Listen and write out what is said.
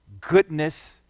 goodness